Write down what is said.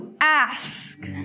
Ask